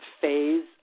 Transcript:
phase